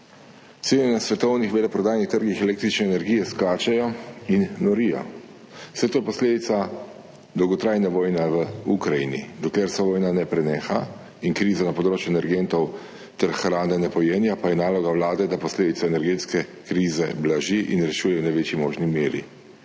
Cene na svetovnih veleprodajnih trgih električne energije skačejo in norijo, saj to je posledica dolgotrajne vojne v Ukrajini. Dokler se vojna ne preneha in kriza na področju energentov ter hrane ne pojenja, pa je naloga Vlade, da posledice energetske krize blaži in rešuje v največji možni meri.